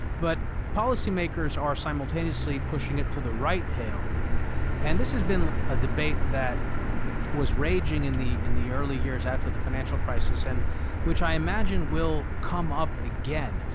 but policymakers are simultaneously pushing it to the right tail and this has been a debate that was raging in the in the early years after the financial crisis and which i imagine will come up again.